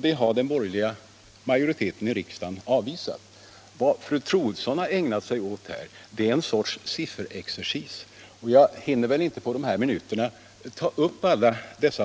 Det har den borgerliga majoriteten Vad fru Troedsson har ägnat sig åt här är en sorts sifferexercis. Jag hinner inte på dessa minuter ta upp alla